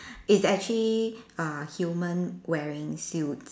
it's actually err human wearing suits